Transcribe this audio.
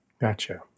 Gotcha